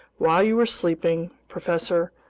while you were sleeping, professor,